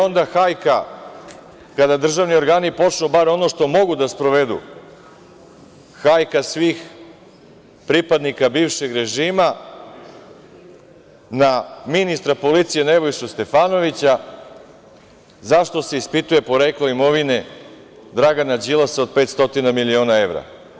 Onda hajka, kada državni organi počnu bar ono što mogu da sprovedu, hajka svih pripadnika bivšeg režima na ministra policije Nebojšu Stefanovića, zašto se ispituje poreklo imovine Dragana Đilasa od 500 miliona evra.